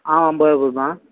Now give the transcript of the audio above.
ஆமாம் ஐம்பதுருவா கொடும்மா